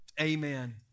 amen